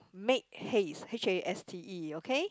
make haste H A S T E okay